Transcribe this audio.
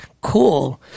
Cool